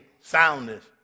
soundness